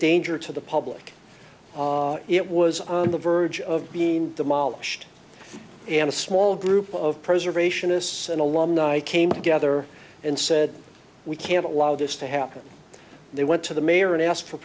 danger to the public it was on the verge of being demolished and a small group of preservationists and alumni came together and said we can't allow this to happen they went to the mayor and asked for